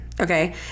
okay